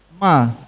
Ma